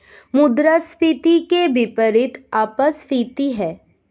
मुद्रास्फीति के विपरीत अपस्फीति है